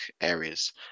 areas